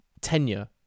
tenure